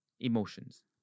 emotions